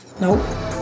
nope